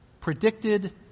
predicted